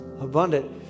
abundant